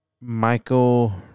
Michael